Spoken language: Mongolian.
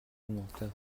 муутай